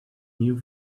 new